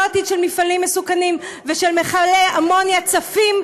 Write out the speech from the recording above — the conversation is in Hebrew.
לא עתיד של מפעלים מסוכנים ושל מכלי אמוניה צפים,